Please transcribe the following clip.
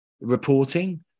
reporting